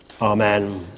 Amen